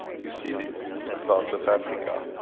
you see this in parts of africa,